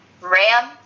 ram